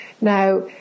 Now